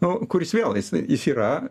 nu kuris vėl jis yra